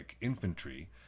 infantry